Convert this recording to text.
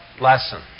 lesson